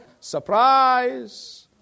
surprise